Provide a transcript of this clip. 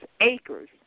acres